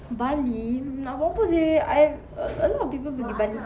bali nak buat apa seh I e~ a lot of people pergi bali